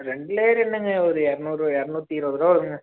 ரெண்டு லேயர் என்னங்க ஒரு இரநூறு இரநூத்தி இருபது ரூபா வருங்க